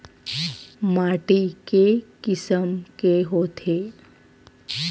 माटी के किसम के होथे?